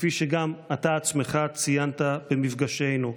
כפי שגם אתה עצמך ציינת במפגשנו.